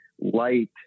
light